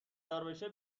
داربشه